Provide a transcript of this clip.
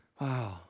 Wow